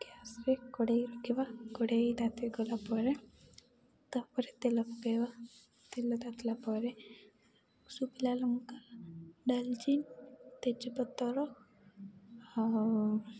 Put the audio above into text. ଗ୍ୟାସରେ କଡ଼େଇ ରଖିବା କଡ଼େଇ ତାତି ଗଲାପରେ ତାପରେ ତେଲ ପକାଇବା ତେଲ ତାତିଲା ପରେ ଶୁଖିଲା ଲଙ୍କା ଡାଲଚିନ୍ ତେଜପତ୍ର ଆଉ